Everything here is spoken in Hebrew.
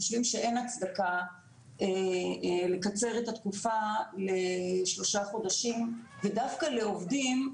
אנחנו חושבים שאין הצדקה לקצר את התקופה לשלושה חודשים ודווקא לעובדים,